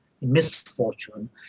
Misfortune